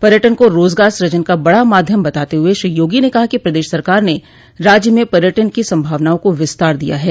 पर्यटन को रोजगार सूजन का बड़ा माध्यम बताते हुए श्री योगी ने कहा कि प्रदेश सरकार ने राज्य में पर्यटन की संभावनाआ को विस्तार दिया है